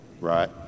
Right